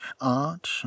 art